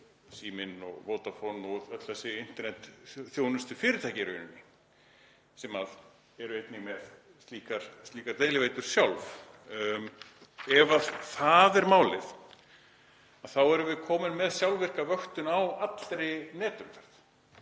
Síminn og Vodafone og öll þessi internetþjónustufyrirtæki sem eru einnig með slíkar deiliveitur sjálf. Ef það er málið þá erum við komin með sjálfvirka vöktun á allri netumferð